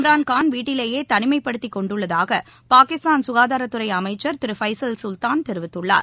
திரு இம்ரான்கான்வீட்டிலேயே தனிமைப்படுத்திக்கொண்டுள்ளதாக பாகிஸ்தான் சுகாதாரத்துறை அமைச்சர் திரு ஃபைசல் சுல்தான் தெரிவித்துள்ளார்